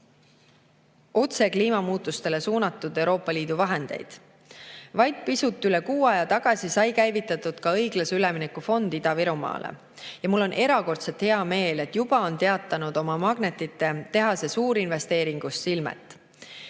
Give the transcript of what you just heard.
otse kliimamuutustele suunatud Euroopa Liidu vahendeid. Vaid pisut üle kuu aja tagasi sai käivitatud õiglase ülemineku fond Ida-Virumaale ja mul on erakordselt hea meel, et juba on teatanud oma magnetite tehase suurinvesteeringust Silmet.